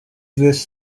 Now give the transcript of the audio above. this